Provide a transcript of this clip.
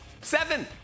Seven